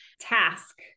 task